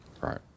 Right